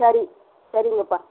சரி சரிங்கப்பா